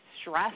stress